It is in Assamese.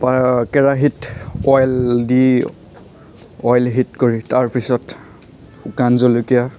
কেৰাহীত অইল দি অইল হিট কৰি তাৰ পিছত শুকান জলকীয়া